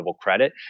credit